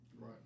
Right